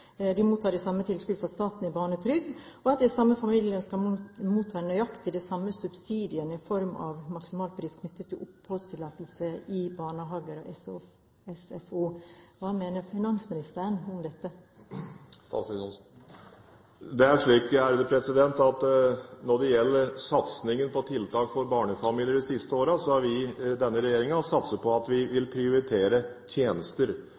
de som har 3 mill. kr i inntekt, ofte de samme satsene. De mottar det samme tilskudd fra staten i barnetrygd, og de samme familiene skal motta nøyaktig de samme subsidiene i form av maksimalpris knyttet til oppholdstillatelse i barnehager og i SFO. Hva mener finansministeren om dette? Når det gjelder satsingen på tiltak for barnefamilier de siste årene, har vi i denne regjeringen prioritert tjenester. Det betyr at